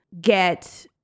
get